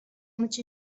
much